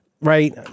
right